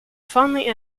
fondly